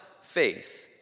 faith